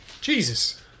Jesus